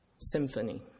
symphony